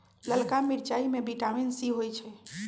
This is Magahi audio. ललका मिरचाई में विटामिन सी होइ छइ